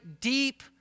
deep